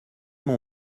mon